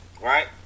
Right